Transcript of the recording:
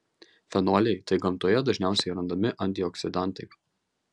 fenoliai tai gamtoje dažniausiai randami antioksidantai